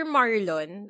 Marlon